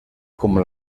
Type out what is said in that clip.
como